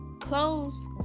clothes